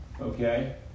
Okay